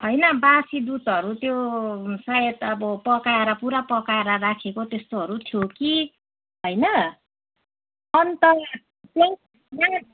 होइन बासी दुधहरू त्यो सायद अब पकाएर पुरा पकाएर राखेको त्यस्तोहरू थियो कि होइन अन्त